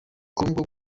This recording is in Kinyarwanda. congo